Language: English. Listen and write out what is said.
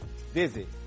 visit